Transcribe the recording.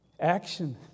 Action